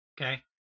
Okay